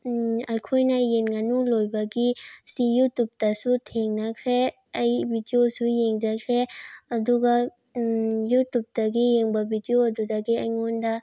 ꯑꯩꯈꯣꯏꯅ ꯌꯦꯟ ꯉꯥꯅꯨ ꯂꯣꯏꯕꯒꯤꯁꯤ ꯌꯨꯇꯨꯞꯇꯁꯨ ꯊꯦꯡꯅꯈ꯭ꯔꯦ ꯑꯩ ꯚꯤꯗꯤꯑꯣꯁꯨ ꯌꯦꯡꯖꯈ꯭ꯔꯦ ꯑꯗꯨꯒ ꯌꯨꯇꯨꯞꯇꯒꯤ ꯌꯦꯡꯕ ꯚꯤꯗꯤꯑꯣ ꯑꯗꯨꯗꯒꯤ ꯑꯩꯉꯣꯟꯗ